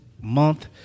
month